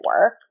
work